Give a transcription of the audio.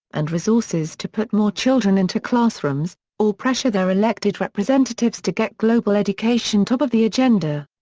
and resources to put more children into classrooms, or pressure their elected representatives to get global education top of the agenda.